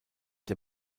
der